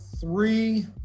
Three